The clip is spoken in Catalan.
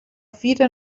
fira